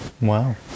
Wow